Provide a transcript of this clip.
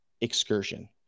excursion